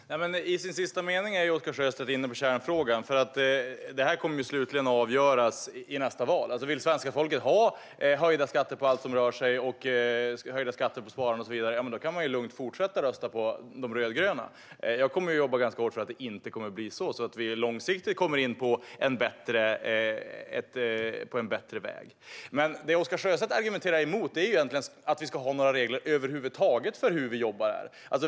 Herr talman! I sin sista mening är Oscar Sjöstedt inne på kärnfrågan, för detta kommer slutligen att avgöras i nästa val. Om svenska folket vill ha höjda skatter på allt som rör sig, höjda skatter på sparande och så vidare kan man lugnt fortsätta att rösta på de rödgröna. Jag kommer att jobba ganska hårt för att det inte kommer att bli så för att vi långsiktigt ska komma in på en bättre väg. Det Oscar Sjöstedt argumenterar emot är egentligen att vi har regler över huvud taget för hur vi jobbar här.